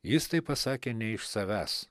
jis tai pasakė ne iš savęs